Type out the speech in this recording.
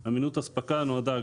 אמינות אספקה נועדה,